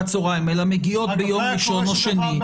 הצהריים אלא מגיעות ביום ראשון או שני,